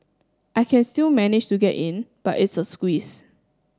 I can still manage to get in but it's a squeeze